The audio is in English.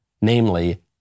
namely